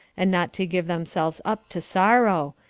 and not to give themselves up to sorrow,